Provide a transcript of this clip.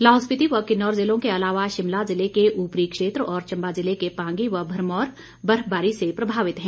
लाहौल स्पिति व किन्नौर ज़िलों के अलावा शिमला ज़िले के ऊपरी क्षेत्र और चंबा ज़िले के पांगी व भरमौर बर्फबारी से प्रभावित हैं